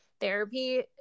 therapy